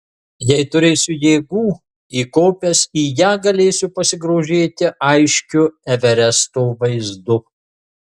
jei turėsiu jėgų įkopęs į ją galėsiu pasigrožėti aiškiu everesto vaizdu